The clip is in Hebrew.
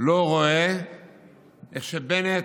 לא רואה איך שבנט,